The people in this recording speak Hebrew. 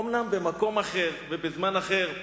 אומנם במקום אחר ובזמן אחר,